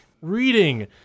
reading